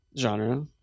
genre